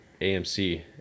AMC